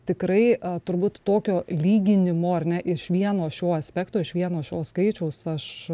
tikrai turbūt tokio lyginimo ar ne iš vieno šio aspekto iš vieno šio skaičiaus aš